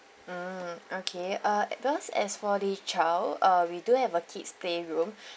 mm okay uh because as for the child uh we do have a kids playroom